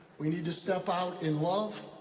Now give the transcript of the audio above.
we need to step out in love,